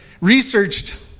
researched